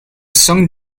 song